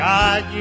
God